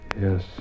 Yes